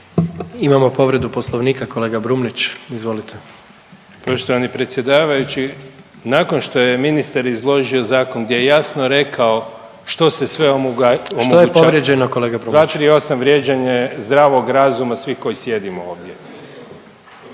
Imamo povredu Poslovnika, kolega Brumnić, izvolite. **Brumnić, Zvane (Nezavisni)** Poštovani predsjedavajući, nakon što je ministar izložio zakon gdje je jasno rekao što se sve omogućava … .../Upadica: Što je povrijeđeno, kolega Brumnić?/... … 238, vrijeđanje zdravog razuma svih koji sjedimo ovdje.